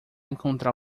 encontrar